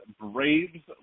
Braves